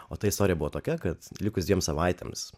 o ta istorija buvo tokia kad likus dviems savaitėms